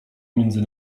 między